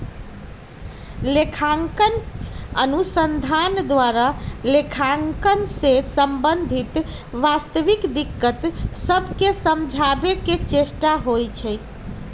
लेखांकन अनुसंधान द्वारा लेखांकन से संबंधित वास्तविक दिक्कत सभके समझाबे के चेष्टा होइ छइ